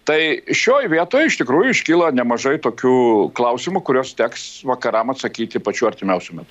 tai šioj vietoj iš tikrųjų iškyla nemažai tokių klausimų kuriuos teks vakaram atsakyti pačiu artimiausiu metu